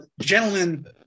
gentlemen